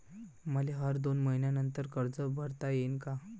मले हर दोन मयीन्यानंतर कर्ज भरता येईन का?